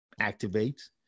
activates